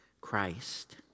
Christ